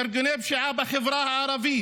להרגלי פשיעה בחברה הערבית,